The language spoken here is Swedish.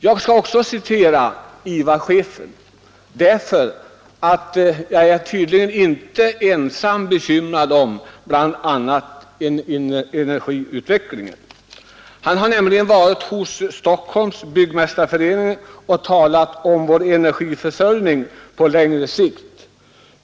Jag skall också citera IVA-chefen, eftersom jag tydligen inte är ensam om att vara bekymrad över bl.a. energiutvecklingen. Han har nämligen varit hos Stockholms byggmästareförening och talat om vår energiförsörjning på längre sikt.